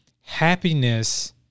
happiness